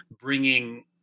bringing